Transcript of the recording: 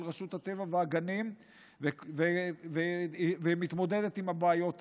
רשות הטבע והגנים ומתמודדת עם הבעיות האלה.